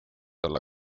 olla